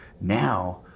Now